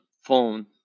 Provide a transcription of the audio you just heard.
phone